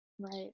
Right